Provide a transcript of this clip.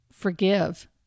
forgive